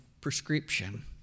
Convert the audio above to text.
prescription